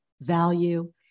value